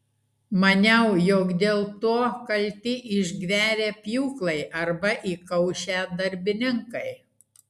maniau jog dėl to kalti išgverę pjūklai arba įkaušę darbininkai